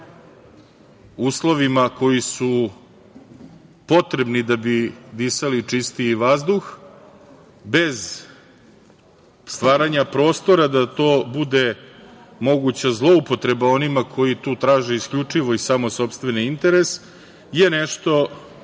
uslovima koji su potrebni da bi disali čistiji vazduh, bez stvaranja prostora da to bude moguća zloupotreba onima koji tu traže isključivo i samo sopstveni interes, je nešto